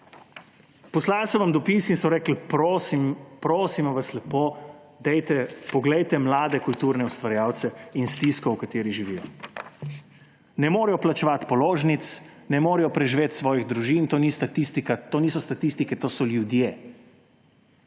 Poslali so vam dopis in so rekli, prosimo vas lepo, dajte, poglejte mlade kulturne ustvarjalce in stisko, v kateri živijo. Ne morejo plačevati položnic, ne morejo preživeti svojih družin; to niso statistike, to so ljudje.